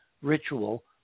ritual